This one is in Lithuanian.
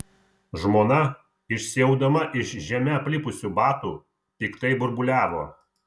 žmona išsiaudama iš žeme aplipusių batų piktai burbuliavo